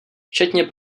včetně